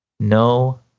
No